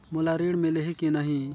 मोला ऋण मिलही की नहीं?